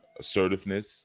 assertiveness